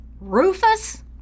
Rufus